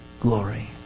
glory